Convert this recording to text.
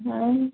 हाँ